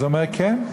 אז הוא אומר: כן.